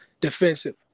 defensive